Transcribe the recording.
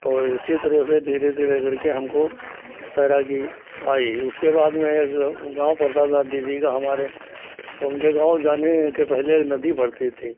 तो इसी तरह से धीरे धीरे करके हमको तैराकी आई उसके बाद में एक गाँव पड़ता था दीदी का हमारे तो उनके गाँव जाने के पहले एक नदी पड़ती थी